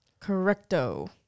Correcto